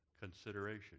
consideration